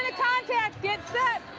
ah contact get set,